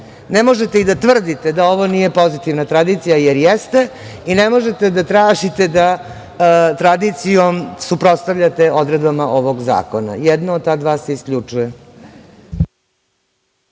Ne možete i da tvrdite da ovo nije pozitivna tradicija, jer jeste i ne možete da tražite da se tradicijom suprotstavljate odredbama ovog zakona. Jedno od ta dva se isključuje.